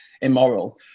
immoral